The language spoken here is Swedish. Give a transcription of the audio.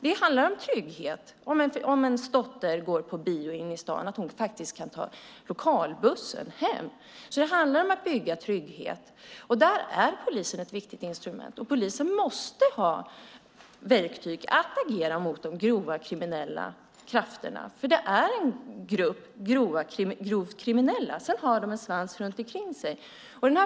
Det handlar om trygghet att ens dotter faktiskt kan ta lokalbussen hem om hon går på bio inne i stan. Det handlar om att bygga trygghet, och där är polisen ett viktigt instrument. Polisen måste ha verktyg att agera mot de grova kriminella krafterna. För det är en grupp grovt kriminella, och sedan har de en svans runt omkring sig.